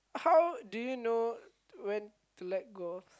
how do you know when to let go of